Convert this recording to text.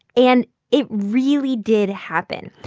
and it really did happen.